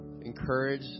Encourage